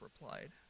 replied